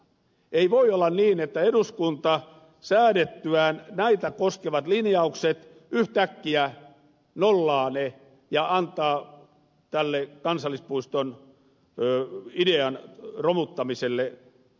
ei voi olla niin että eduskunta säädettyään näitä koskevat linjaukset yhtäkkiä nollaa ne ja antaa tälle kansallispuiston idean romuttamiselle paraatioven